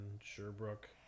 Sherbrooke